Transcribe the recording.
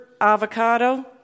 avocado